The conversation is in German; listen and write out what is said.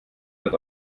wird